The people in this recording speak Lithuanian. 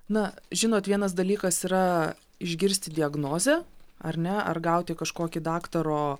na žinot vienas dalykas yra išgirsti diagnozę ar ne ar gauti kažkokį daktaro